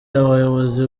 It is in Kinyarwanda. abayobozi